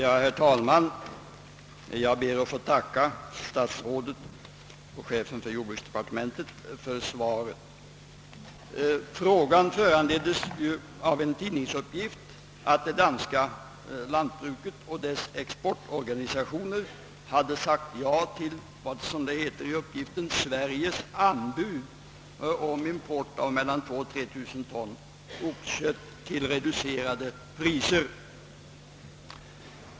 Herr talman! Jag ber att få tacka statsrådet och chefen för jordbruksdepartementet för svaret. Frågan föranleddes av en tidningsuppgift att det danska lantbruket och dess exportorganisationer hade sagt ja till som det heter i uppgiften »Sveriges anbud» om import av mellan 2000 och 3000 ton oxkött till reducerade priser.